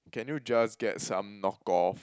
can you just get some knock off